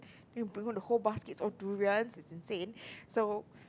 then he bring back the whole basket all durians it's insane so